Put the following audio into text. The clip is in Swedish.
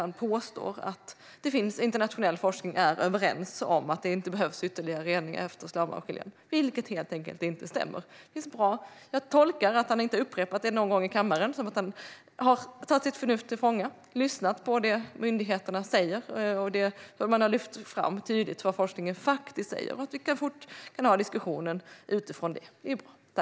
Han påstår att den internationella forskningen är överens om att det inte behövs ytterligare rening efter slamavskiljaren, vilket helt enkelt inte stämmer. Att Edward Riedl inte har upprepat detta någon gång i kammaren tolkar jag som att han har tagit sitt förnuft till fånga och lyssnat på vad myndigheterna säger. De har tydligt lyft fram vad forskningen faktiskt säger, och vi kan fortsätta diskussionen utifrån det. Det är bra.